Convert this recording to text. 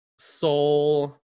soul